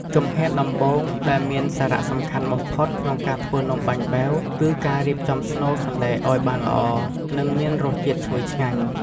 ជំហានដំបូងដែលមានសារៈសំខាន់បំផុតក្នុងការធ្វើនំបាញ់បែវ គឺការរៀបចំស្នូលសណ្តែកឱ្យបានល្អ និងមានរសជាតិឈ្ងុយឆ្ងាញ់។